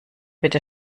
bitte